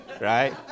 Right